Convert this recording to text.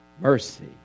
mercy